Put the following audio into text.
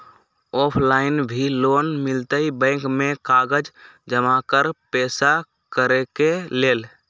Offline भी loan मिलहई bank में कागज जमाकर पेशा करेके लेल?